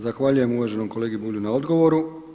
Zahvaljujem uvaženom kolegi Bulju na odgovoru.